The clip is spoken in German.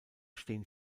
stehen